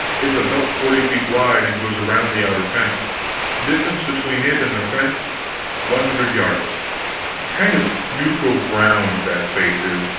it's a belt forty feet wide, and goes around the outer fence distance between it and the fence one hundred yards kind of neutral ground that space is.